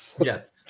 Yes